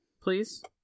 please